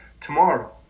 tomorrow